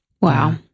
Wow